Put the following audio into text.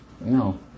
No